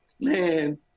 Man